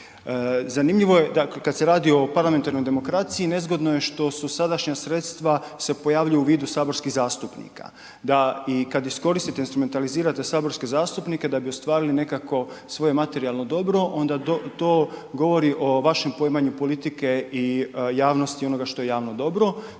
Zanimljivo je da kad se radi o parlamentarnoj demokraciji nezgodno je što su sadašnja sredstva se pojavljuju u vidu saborskih zastupnika. Da i kad iskoristite, instrumentalizirate saborske zastupnike da bi ostvarili nekakvo svoje materijalno dobro onda to govori o vašem poimanju politike i javnosti onoga što je javno dobro.